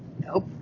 Nope